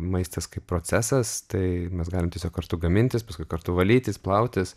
maistas kaip procesas tai mes galim tiesiog kartu gamintis paskui kartu valytis plautis